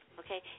okay